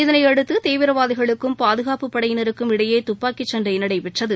இதனையடுத்துதீவிரவாதிகளுக்கும் பாதுகாப்புப் படையினருக்கும் இடையேதுப்பாக்கிசண்டைநடைபெற்றது